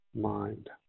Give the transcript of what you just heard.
mind